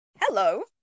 Hello